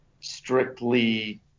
strictly